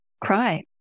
cry